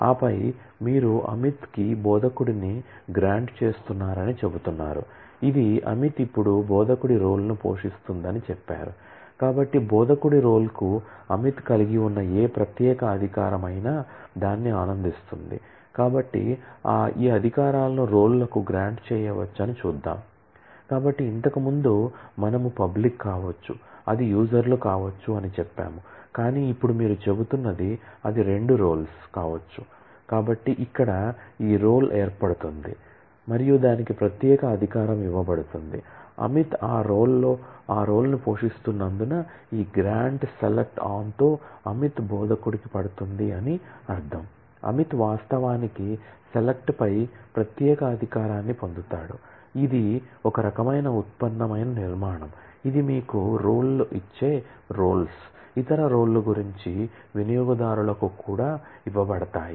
ఆపై మీరు అమిత్ కి బోధకుడిని గ్రాంట్ తో అమిత్ బోధకుడికి పడుతుంది అని అర్ధం అమిత్ వాస్తవానికి సెలెక్ట్పై ప్రత్యేక అధికారం ను పొందుతాడు ఇది ఒక రకమైన ఉత్పన్నమైన నిర్మాణం ఇది మీకు రోల్ లు ఇచ్చే రోల్స్ ఇతర రోల్ ల గురించి వినియోగదారులకు కూడా ఇవ్వబడతాయి